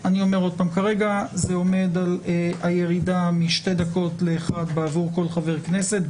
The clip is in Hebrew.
וכרגע זה עומד על הירידה משתי דקות לאחת בעבור כל חבר כנסת.